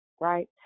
right